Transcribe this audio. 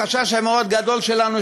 החשש המאוד-גדול שלנו,